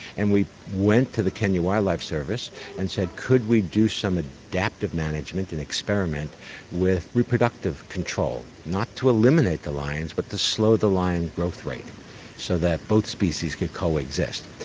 and we went to the kenya wildlife service and said could we do some adaptive management, an experiment with reproductive control, not to eliminate the lions but to slow the lion growth rate so that both species could coexist.